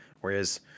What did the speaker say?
whereas